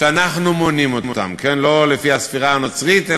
שאנחנו מונים אותה לא לפי הספירה הנוצרית,